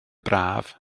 braf